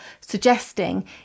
suggesting